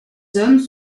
hommes